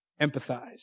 empathize